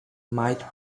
might